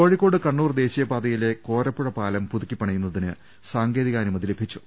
കോഴിക്കോട് കണ്ണൂർ ദേശീയ പാതയിലെ കോരപ്പുഴ പാലം പുതുക്കിപ്പണി യുന്നതിന് സാങ്കേതികാനുമതി ലഭിച്ചു